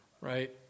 right